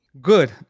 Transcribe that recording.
Good